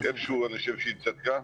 איפשהו אני חושב שהיא צדקה,